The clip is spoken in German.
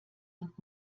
und